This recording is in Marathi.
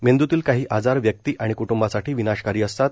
मेंदतील काही आजार व्यक्ती आणि कटंबासाठी विनाशकारी असतात